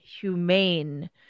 humane